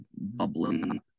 bubbling